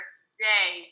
today